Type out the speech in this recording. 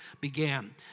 began